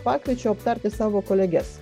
pakviečiau aptarti savo koleges